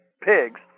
pigs